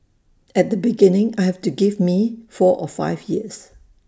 at the beginning I've to give me four or five years